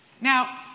Now